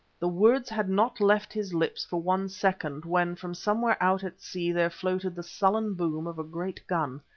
the words had not left his lips for one second when from somewhere out at sea there floated the sullen boom of a great gun.